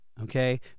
Okay